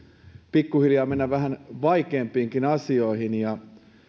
pikkuhiljaa mennä vähän vaikeampiinkin asioihin